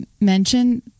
mention